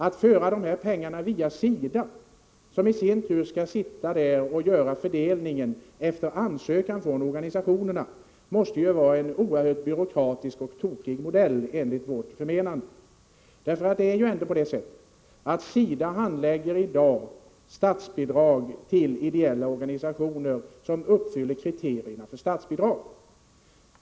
Det måste enligt vår mening vara en oerhört byråkratisk och tokig modell att fördela dessa pengar via SIDA, som i sin tur skulle göra fördelningen efter ansökan från organisationerna. SIDA handlägger i dag statsbidrag till ideella organisationer som uppfyller kriterierna för statsbidrag.